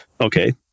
Okay